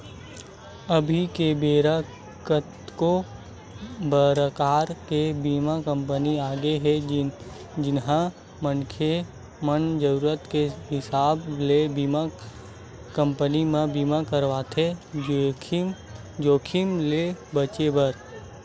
अभी के बेरा कतको परकार के बीमा कंपनी आगे हे जिहां मनखे मन जरुरत के हिसाब ले बीमा कंपनी म बीमा करवाथे जोखिम ले बचें बर